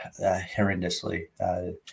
horrendously